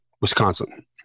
wisconsin